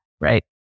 right